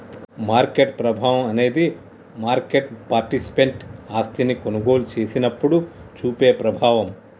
market ప్రభావం అనేది market participant ఆస్తిని కొనుగోలు చేసినప్పుడు చూపే ప్రభావం